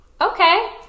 okay